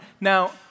Now